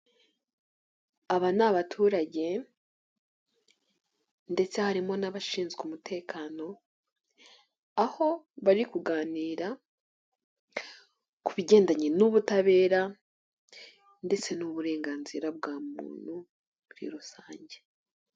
Aba ni abaturage, ndetse harimo n'abashinzwe umutekano, aho bari kuganira ku bigendanye n'ubutabera, ndetse n'uburenganzira bwa muntu muri rusange.